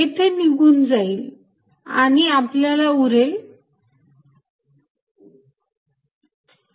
येथे निघून जाईल आणि आपल्याकडे उरेल पार्शियल Vx भागिले पार्शियल x abc